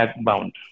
bound